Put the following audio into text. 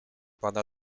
pana